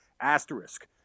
asterisk